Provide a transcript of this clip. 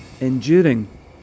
enduring